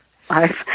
five